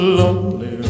lonely